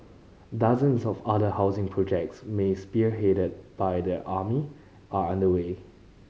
dozens of other housing projects many spearheaded by the army are underway